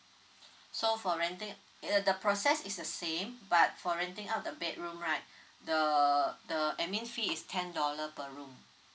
so for renting uh the process is the same but for renting out the bedroom right the the admin fee is ten dollar per room